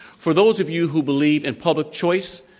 for those of you who believe in public choice,